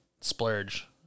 splurge